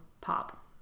Pop